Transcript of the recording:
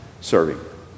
serving